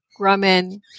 Grumman